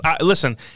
Listen